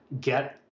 get